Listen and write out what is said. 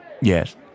Yes